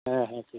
ᱦᱮᱸ ᱦᱮᱸ ᱴᱷᱤᱠ